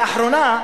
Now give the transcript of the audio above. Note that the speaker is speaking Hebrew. לאחרונה,